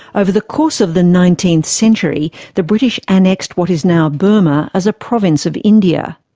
over the course of the nineteenth century, the british annexed what is now burma as a province of india.